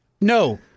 No